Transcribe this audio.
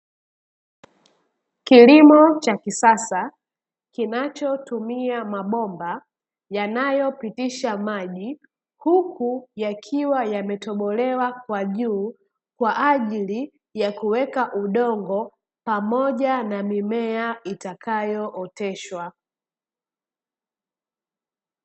Kilimo cha kisasa kinachotumia mabomba, yanayopitisha maji huku yakiwa yametobolewa kwa juu. kwa ajili ya kuweka udongo pamoja na mimea itakayooteshwa.